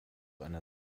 einer